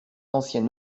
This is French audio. ancien